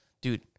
Dude